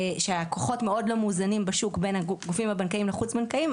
שהכוחות מאוד לא מאוזנים בשוק בין הגופים הבנקאיים לחוץ בנקאיים,